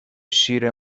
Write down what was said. شیر